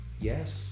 yes